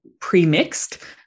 pre-mixed